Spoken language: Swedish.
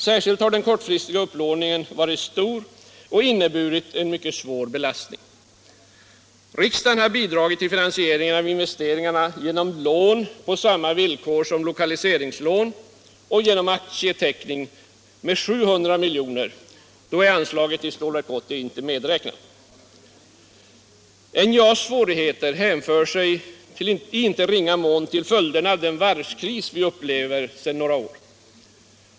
Särskilt den kortfristiga upplåningen har varit stor och inneburit en mycket svår belastning. Riksdagen har bidragit till finansieringen av investeringarna genom lån på samma villkor som lokaliseringslån och genom aktieteckning med 700 miljoner. Då är anslaget till Stålverk 80 inte medräknat. NJA:s svårigheter hänför sig i inte ringa mån till följderna av den varvskris vi upplever sedan något år.